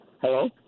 Hello